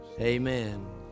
Amen